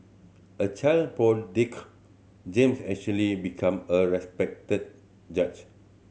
a child James actually become a respected judge